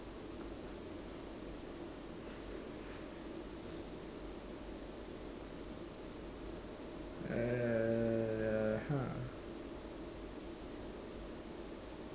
err !huh!